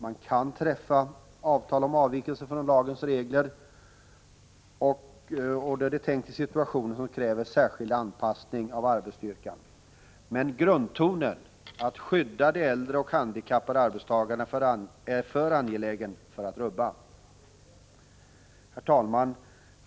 Man kan träffa avtal om avvikelser från lagens regler i situationer som kräver särskild anpassning av arbetsstyrkan. Men grundtonen, att skydda äldre och handikappade arbetstagare, är för angelägen för att rubbas. Herr talman!